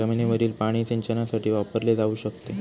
जमिनीवरील पाणी सिंचनासाठी वापरले जाऊ शकते